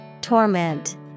Torment